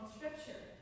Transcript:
Scripture